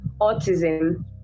autism